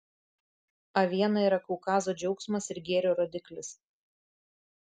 aviena yra kaukazo džiaugsmas ir gėrio rodiklis